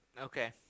Okay